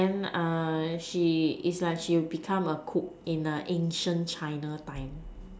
then she is like she will become a cook in ancient China time